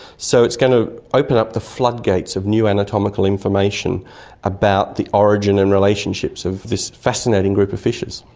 so it's going to open up the floodgates of new anatomical information about the origin and relationships of this fascinating group of fishes.